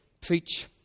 preach